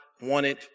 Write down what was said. wanted